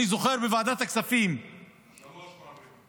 אני זוכר בוועדת הכספים --- שלוש פעמים.